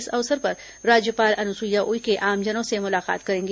इस अवसर पर राज्यपाल अनुसुईया उइके आमजनों से मुलाकात करेंगी